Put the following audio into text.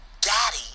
daddy